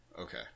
okay